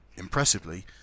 Impressively